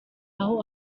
aho